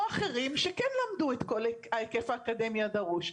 אחרים שכן למדו את כל ההיקף האקדמי הדרוש?